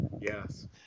Yes